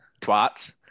twats